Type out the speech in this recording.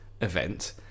event